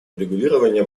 урегулирования